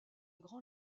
grand